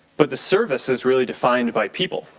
but the service is really defined by people.